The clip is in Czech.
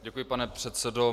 Děkuji, pane předsedo.